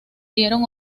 dieron